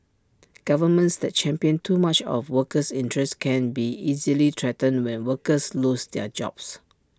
governments that champion too much of workers interests can be easily threatened when workers lose their jobs